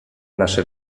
nasze